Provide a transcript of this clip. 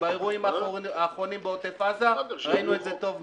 ובאירועים האחרונים בעוטף עזה ראינו את זה טוב מאוד.